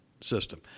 system